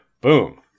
Boom